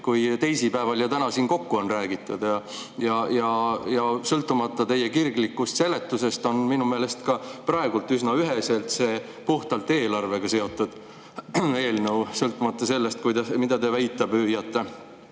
kui teisipäeval ja täna siin kokku on räägitud. Sõltumata teie kirglikust seletusest, on minu meelest ka praegu üsna üheselt see puhtalt eelarvega seotud eelnõu, sõltumata sellest, mida te väita püüate. Aga